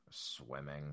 swimming